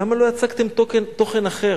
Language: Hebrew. למה לא יצקתם תוכן אחר?